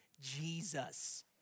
Jesus